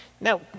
Now